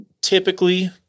typically